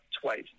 twice